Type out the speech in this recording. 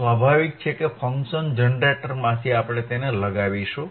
સ્વાભાવિક છે કે ફંક્શન જનરેટરમાંથી લગાવીશુ